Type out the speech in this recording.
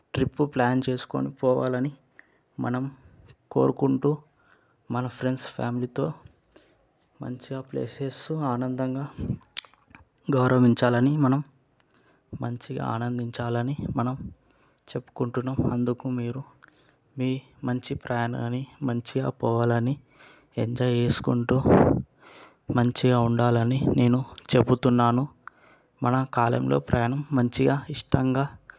trip plan చేసుకొని పోవాలని మనం కోరుకుంటు మన ఫ్రెండ్స్ ఫ్యామిలీతో మంచిగా ప్లేసెస్ ఆనందంగా గౌరవించాలని మనం మంచిగా ఆనందించాలని మనం చెప్పుకుంటున్నాం అందుకు మీరు మీ మంచి ప్రయాణాన్ని మంచిగా పోవాలని ఎంజాయ్ చేసుకుంటు మంచిగా ఉండాలని నేను చెప్తున్నాను మన కాలంలో ప్రయాణం మంచిగా ఇష్టంగా